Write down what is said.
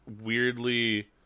weirdly